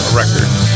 records